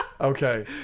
Okay